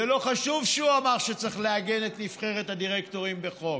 זה לא חשוב שהוא אמר שצריך לעגן את נבחרת הדירקטורים בחוק